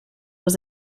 was